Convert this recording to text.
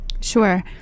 Sure